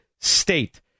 state